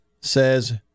says